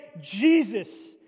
Jesus